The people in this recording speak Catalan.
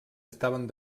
estaven